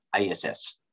ISS